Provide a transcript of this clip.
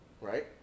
right